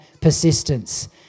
persistence